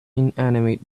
inanimate